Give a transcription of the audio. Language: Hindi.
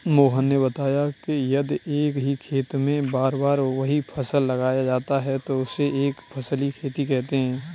मोहन ने बताया कि यदि एक ही खेत में बार बार वही फसल लगाया जाता है तो उसे एक फसलीय खेती कहते हैं